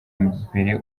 imbere